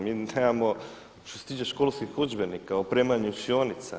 Mi nemamo što se tiče školskih udžbenika, opremanju učionica.